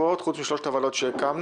הקבועות חוץ משלוש הוועדות שהקמנו.